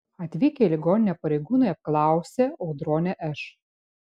atvykę į ligoninę pareigūnai apklausė audronę š